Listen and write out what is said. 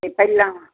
ਤੇ ਪਹਿਲਾਂ